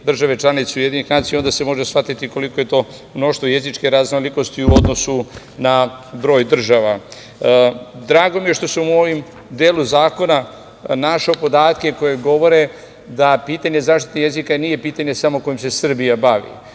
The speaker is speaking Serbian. države članice UN, onda se može shvatiti koliko je to mnoštvo jezičke raznolikosti u odnosu na broj država. Drago mi je što sam u ovom delu zakona našao podatke koji govore da pitanje zaštite jezika nije pitanje samo kojim se samo Srbija bavi.